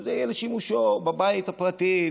שזה יהיה לשימושו בבית הפרטי,